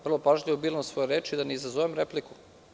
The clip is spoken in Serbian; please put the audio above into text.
Vrlo pažljivo biram svoje reči da ne bih izazvao repliku.